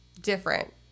different